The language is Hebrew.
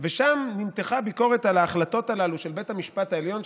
ושם נמתחה ביקורת על ההחלטות הללו של בית המשפט העליון,